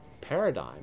paradigm